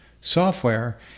software